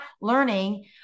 learning